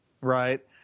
right